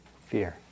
fear